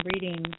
reading